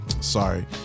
Sorry